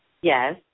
yes